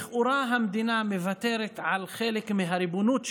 לכאורה המדינה מוותרת על חלק מהריבונות שלה,